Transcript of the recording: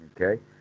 Okay